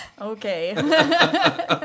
Okay